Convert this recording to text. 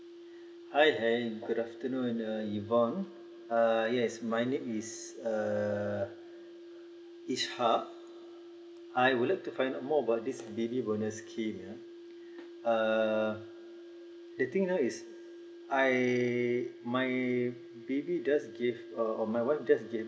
hi good afternoon uh ni bong uh yes my name is uh ifha I would like to find out more about this baby bonus scheme ah err the thing now is I my baby just give uh my wife just give birth